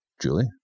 Julie